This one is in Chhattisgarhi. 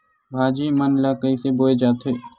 भाजी मन ला कइसे बोए जाथे?